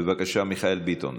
בבקשה, מיכאל ביטון.